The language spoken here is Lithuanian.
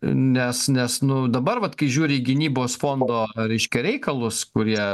nes nes nu dabar vat kai žiūri į gynybos fondo reiškia reikalus kurie